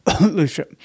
Lucia